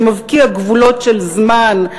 שמבקיע גבולות של זמן,